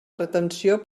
retenció